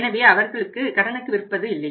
எனவே அவர்கள் கடனுக்கு விற்பது இல்லை